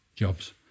jobs